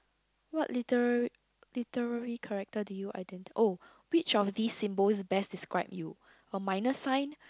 what literary literary character do you oh which of these symbol best describe you got minus sign